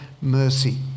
mercy